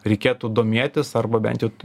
reikėtų domėtis arba bent jau